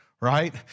right